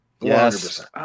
Yes